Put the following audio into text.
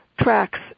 tracks